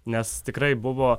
nes tikrai buvo